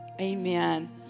Amen